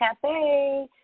Cafe